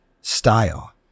style